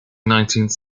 nineteenth